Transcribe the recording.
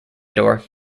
door